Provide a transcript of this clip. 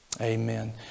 Amen